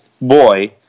boy